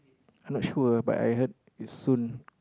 not sure but I heard is soon